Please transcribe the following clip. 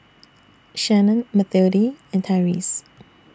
Shannon Mathilde and Tyreese